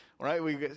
right